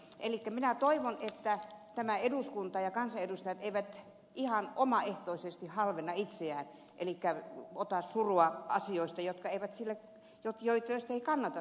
elikkä minä toivon että tämä eduskunta ja kansanedustajat eivät ihan omaehtoisesti halvenna itseään elikkä ota surua asioista joita ei kannata surra